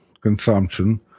consumption